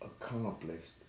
accomplished